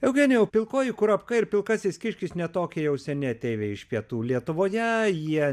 eugenijau pilkoji kurapka ir pilkasis kiškis ne tokie jau seniai ateiviai iš pietų lietuvoje jie